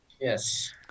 Yes